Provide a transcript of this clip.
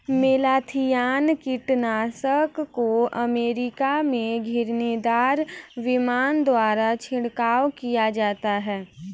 malathion कीटनाशक को America में घिरनीदार विमान द्वारा छिड़काव किया जाता है